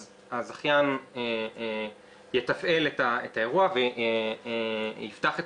אז הזכיין יתפעל את האירוע ויפתח את